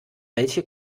welche